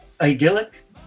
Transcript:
Idyllic